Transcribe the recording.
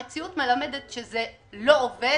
המציאות מלמדת שזה לא עובד,